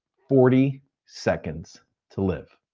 forty seconds to live.